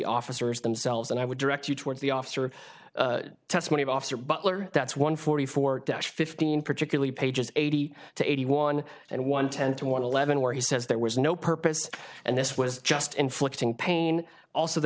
officers themselves and i would direct you towards the officer testimony of officer butler that's one forty four dash fifteen particularly pages eighty to eighty one and one tend to want to leaven where he says there was no purpose and this was just inflicting pain also the